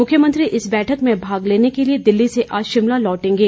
मुख्यमंत्री इस बैठक में भाग लेने के लिए दिल्ली से आज शिमला लौटेंगे